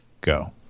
go